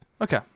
Okay